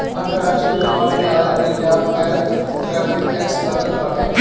अंतरराष्ट्रीय व्यापार में आयात निर्यात पअ टैरिफ टैक्स लागत बाटे